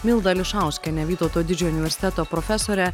milda ališauskienė vytauto didžiojo universiteto profesorė